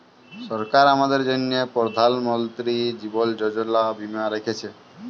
সরকার আমাদের জ্যনহে পরধাল মলতিরি জীবল যোজলা বীমা রাখ্যেছে